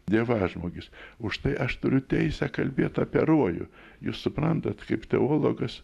dievažmogis užtai aš turiu teisę kalbėt apie rojų jūs suprantat kaip teologas